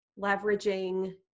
leveraging